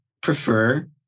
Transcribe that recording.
prefer